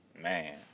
man